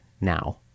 now